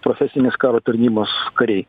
profesinės karo tarnybos kariai